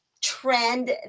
trend